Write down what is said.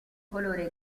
colore